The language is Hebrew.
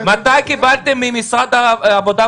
למה,